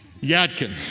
Yadkin